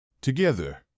Together